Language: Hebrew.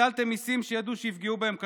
הטלתם מיסים שידעו שיפגעו בהם קשות.